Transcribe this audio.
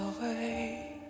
away